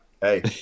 hey